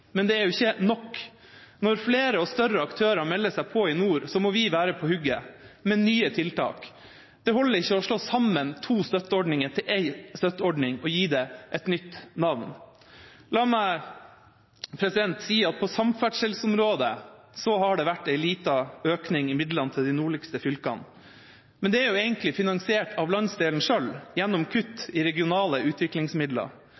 men det er ikke nok. Når flere og større aktører melder seg på i nord, må vi være på hugget med nye tiltak. Det holder ikke å slå sammen to støtteordninger til én støtteordning og gi det et nytt navn. La meg si at på samferdselsområdet har det vært en liten økning i midlene til de nordligste fylkene, men det er jo egentlig finansiert av landsdelen selv gjennom